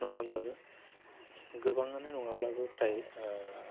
नङाब्लाबो गोबाङानो नङाब्लाबो फ्राय